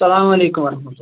اسلامُ علیکم وَرَحمَةُ اللهِ